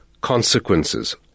consequences